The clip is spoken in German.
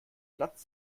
platz